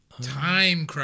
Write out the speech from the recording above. Time